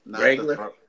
regular